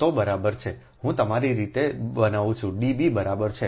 તો બરાબર છે હું તમારી રીતે બનાવું છું Db બરાબર છે